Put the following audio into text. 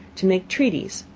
to make treaties,